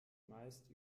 meist